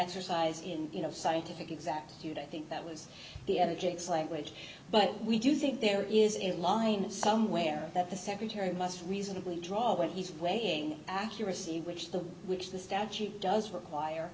exercise in you know scientific exactitude i think that was the other gets language but we do think there is a line somewhere that the secretary must reasonably draw when he's waiting accuracy which the which the statute does require